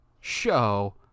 show